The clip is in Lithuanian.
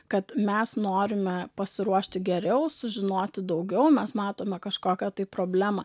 kad mes norime pasiruošti geriau sužinoti daugiau mes matome kažkokią tai problemą